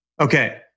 Okay